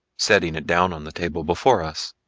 setting it down on the table before us.